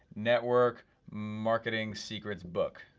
network marketing secrets book.